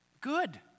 Good